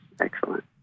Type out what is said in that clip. excellent